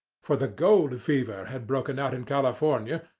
for the gold fever had broken out in california,